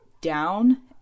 down